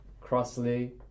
Crossley